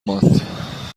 ماند